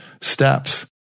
steps